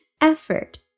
effort